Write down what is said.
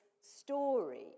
story